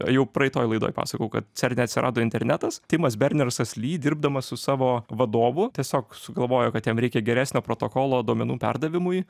jau praeitoj laidoj pasakojau kad cerne atsirado internetas timas bernersas ly dirbdamas su savo vadovu tiesiog sugalvojo kad jam reikia geresnio protokolo duomenų perdavimui